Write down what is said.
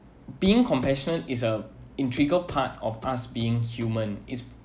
being compassion is a intrigue part of us being human is